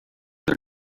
are